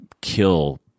kill